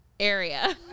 Area